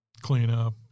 cleanup